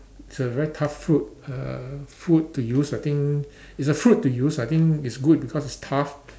it's a very tough fruit uh food to use I think it's a fruit to use I think it's good because it's tough